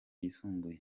yisumbuye